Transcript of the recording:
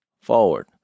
forward